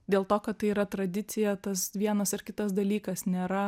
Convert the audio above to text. dėl to kad tai yra tradicija tas vienas ar kitas dalykas nėra